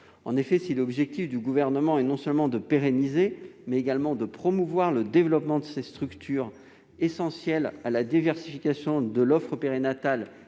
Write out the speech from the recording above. En effet, si l'objectif du Gouvernement est non seulement de pérenniser, mais aussi de promouvoir le développement de ces structures essentielles à la diversification de l'offre périnatale